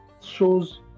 shows